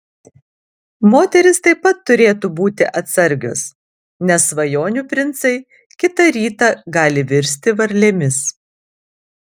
moterys taip pat turėtų būti atsargios nes svajonių princai kitą rytą gali virsti varlėmis